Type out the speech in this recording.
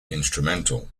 instrumental